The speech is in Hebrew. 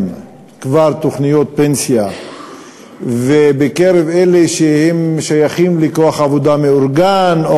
כבר תוכניות פנסיה ובקרב אלה ששייכים לכוח עבודה מאורגן,